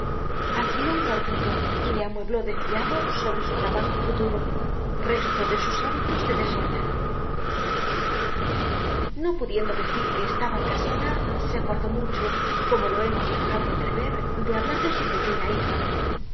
alquiló un cuartito y le amuebló de fiado sobre su trabajo futuro resto de sus hábitos de desórden no pudiendo decir que estaba casada se guardó mucho como lo hemos dejado entrever de hablar de su pequeña hija